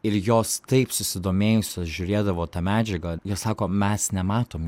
ir jos taip susidomėjusios žiūrėdavo tą medžiagą jos sako mes nematom